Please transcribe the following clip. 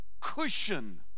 cushion